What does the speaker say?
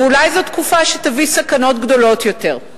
ואולי היא תקופה שתביא סכנות גדולות יותר.